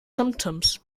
symptoms